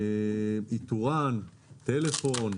אם אנחנו מסתכלים על המציאות הנוכחית,